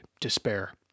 despair